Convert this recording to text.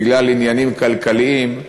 בגלל עניינים כלכליים,